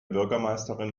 bürgermeisterin